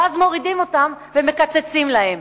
ואז מורידים אותם ומקצצים להם.